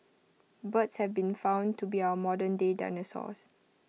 birds have been found to be our modernday dinosaurs